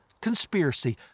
conspiracy